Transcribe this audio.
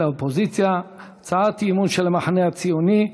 3 הצעות סיעות המחנה הציוני,